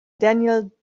daniel